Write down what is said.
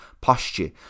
posture